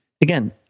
again